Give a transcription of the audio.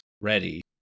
ready